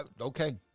Okay